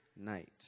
night